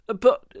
But